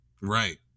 Right